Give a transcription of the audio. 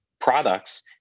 products